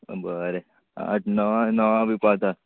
आं बरें आठ णवा णवा बी पावता